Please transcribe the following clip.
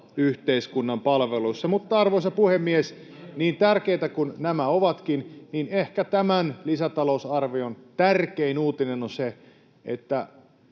yhteiskunnan palveluissa. Mutta, arvoisa puhemies, niin tärkeitä kuin nämä ovatkin, tämän lisätalousarvion ehkä tärkein uutinen on se, että